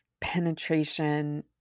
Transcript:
penetration